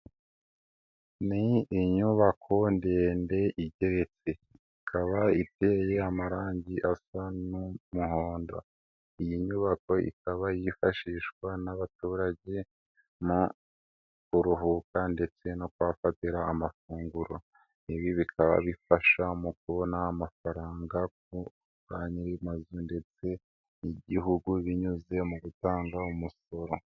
Ni inyubako ndende igeretse, ikaba iteye amarangi asa n'umuhondo iyi nyubako ikaba yifashishwa n'abaturage mu kuruhuka ndetse no kuhafatira amafunguro. Ibi bikabifasha mu kubona amafaranga kuri ba nyir'amazu ndetse n'igihugu binyuze mu gutanga umusoro.